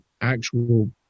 actual